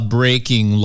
breaking